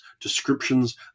descriptions